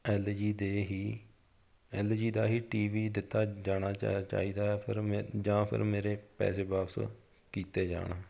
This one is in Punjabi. ਐੱਲ ਜੀ ਦੇ ਹੀ ਐੱਲ ਜੀ ਦਾ ਹੀ ਟੀ ਵੀ ਦਿੱਤਾ ਜਾਣਾ ਚਾ ਚਾਹੀਦਾ ਫਿਰ ਮੇਰੇ ਜਾਂ ਫਿਰ ਮੇਰੇ ਪੈਸੇ ਵਾਪਸ ਕੀਤੇ ਜਾਣ